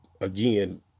again